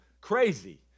Crazy